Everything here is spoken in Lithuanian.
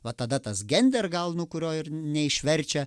va tada tas gerder gal nu kurio ir neišverčia